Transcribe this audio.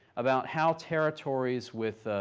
about how territories with